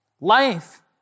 Life